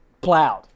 plowed